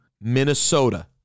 Minnesota